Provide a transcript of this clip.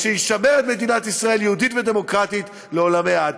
שישמר את מדינת ישראל יהודית ודמוקרטית לעולמי עד.